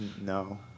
No